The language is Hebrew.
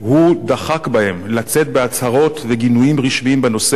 הוא דחק בהם לצאת בהצהרות וגינויים רשמיים בנושא,